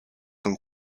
son